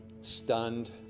stunned